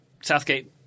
Southgate